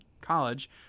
college